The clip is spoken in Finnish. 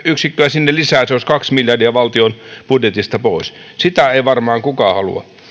sinne lisää se olisi kaksi miljardia valtion budjetista pois sitä ei varmaan kukaan halua